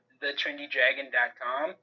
thetrendydragon.com